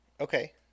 Okay